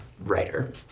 writer